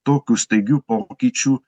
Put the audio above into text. tokių staigių pokyčių